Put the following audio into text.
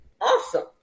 awesome